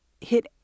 hit